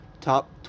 top